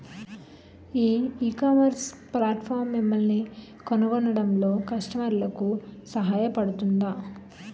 ఈ ecommerce platform మిమ్మల్ని కనుగొనడంలో కస్టమర్లకు సహాయపడుతుందా?